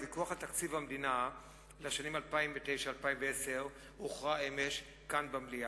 הוויכוח על תקציב המדינה לשנים 2009 ו-2010 הוכרע אמש כאן במליאה.